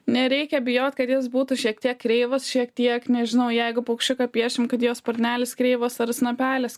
nereikia bijot kad jis būtų šiek tiek kreivas šiek tiek nežinau jeigu paukščiuką piešim kad jo sparnelis kreivas ar snapelis